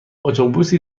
اتوبوسی